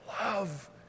Love